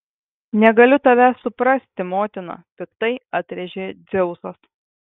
negaliu tavęs suprasti motina piktai atrėžė dzeusas